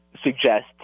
suggest